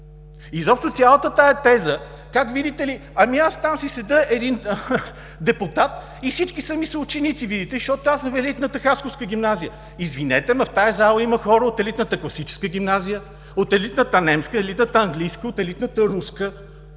Изобщо цялата тази теза как, видите ли, ами аз там си седя един депутат и всички са ми били съученици, защото аз съм от елитната хасковска гимназия. Извинете, но в тази зала има хора от елитната класическа гимназия, от елитната немска, от елитната английска, от елитната руска.